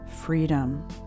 freedom